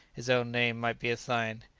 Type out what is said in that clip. his own name might be assigned?